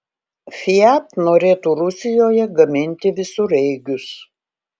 fiat norėtų rusijoje gaminti visureigius